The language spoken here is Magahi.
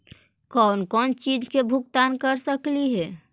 कौन कौन चिज के भुगतान कर सकली हे?